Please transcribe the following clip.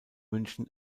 münchen